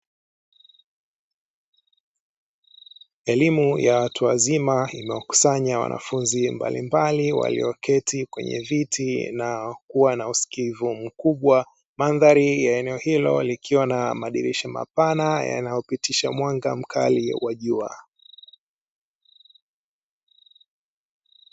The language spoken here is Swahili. Elimu ya watu wazima imewakusanya wanafunzi mbalimbali walioketi kwenye viti na kuwa na usikivu mkubwa, mandhari ya eneo hilo likiwa na madirisha mapana yanayopitisha mwanga mkali wa jua.